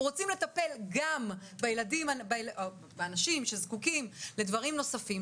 אנחנו רוצים לטפל גם באנשים שזקוקים לדברים נוספים,